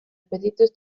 petites